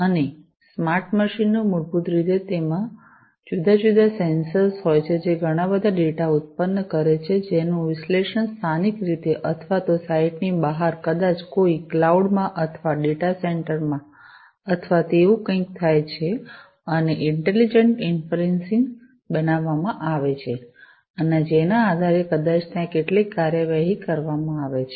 અને સ્માર્ટ મશીનો મૂળભૂત રીતે જેમાં આ જુદા જુદા સેન્સર્સ હોય છે જે ઘણાં બધાં ડેટા ઉત્પન્ન કરે છે જેનું વિશ્લેષણ સ્થાનિક રીતે અથવા તો સાઇટની બહાર કદાચ કોઈ ક્લાઉડ માં અથવા ડેટા સેન્ટર માં અથવા તેવું કંઈક થાય છે અને ઇન્ટેલીજન્ટ ઇન્ફરન્સિંગ બનાવવામાં આવે છે અને જેના આધારે કદાચ ત્યાં કેટલીક કાર્યવાહી કરવામાં આવે છે